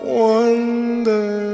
wonder